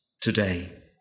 today